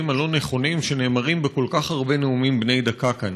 הלא-נכונים שנאמרים בכל כך הרבה נאומים בני דקה כאן.